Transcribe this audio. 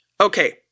Okay